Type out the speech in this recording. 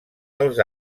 els